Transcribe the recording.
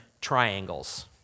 triangles